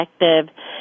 effective